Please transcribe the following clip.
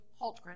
Holtgren